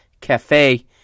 cafe